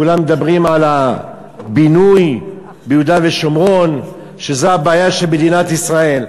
כולם מדברים על הבינוי ביהודה ושומרון שזה הבעיה של מדינת ישראל.